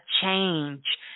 change